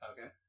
Okay